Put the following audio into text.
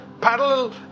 parallel